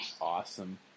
awesome